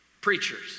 preachers